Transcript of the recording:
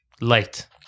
light